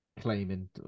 claiming